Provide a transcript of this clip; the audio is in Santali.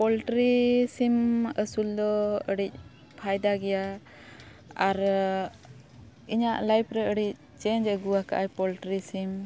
ᱯᱳᱞᱴᱨᱤ ᱥᱤᱢ ᱟᱹᱥᱩᱞ ᱫᱚ ᱟᱹᱰᱤ ᱯᱷᱟᱭᱫᱟ ᱜᱮᱭᱟ ᱟᱨ ᱤᱧᱟᱹᱜ ᱞᱟᱭᱤᱯᱷ ᱨᱮ ᱟᱹᱰᱤ ᱪᱮᱧᱡᱽ ᱟᱹᱜᱩᱣ ᱟᱠᱟᱫᱟᱭ ᱯᱳᱞᱴᱨᱤ ᱥᱤᱢ